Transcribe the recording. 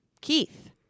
Keith